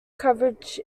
coverage